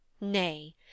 Nay